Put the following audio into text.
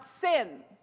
sin